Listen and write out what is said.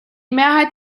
mehrheit